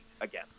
again